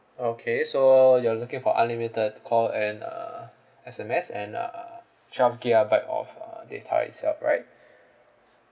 okay so you're looking for unlimited call and uh S_M_S and uh twelve gigabyte of uh data itself right